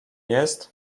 jest